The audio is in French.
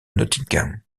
nottingham